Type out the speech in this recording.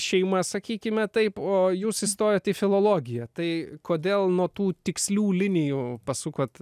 šeima sakykime taip o jūs įstojot į filologiją tai kodėl nuo tų tikslių linijų pasukot